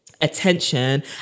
attention